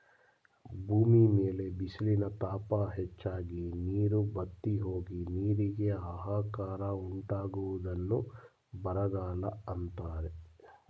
ಭೂಮಿ ಮೇಲೆ ಬಿಸಿಲಿನ ತಾಪ ಹೆಚ್ಚಾಗಿ, ನೀರು ಬತ್ತಿಹೋಗಿ, ನೀರಿಗೆ ಆಹಾಕಾರ ಉಂಟಾಗುವುದನ್ನು ಬರಗಾಲ ಅಂತರೆ